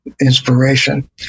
inspiration